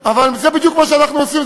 אבל זה בדיוק מה שאנחנו עושים,